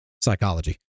psychology